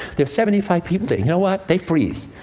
there's seventy five people there. you know what? they freeze.